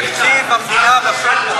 התקציב במדינה,